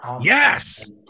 Yes